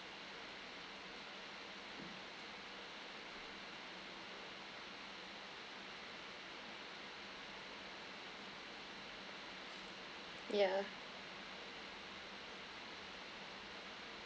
yeah